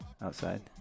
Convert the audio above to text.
outside